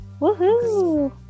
Woohoo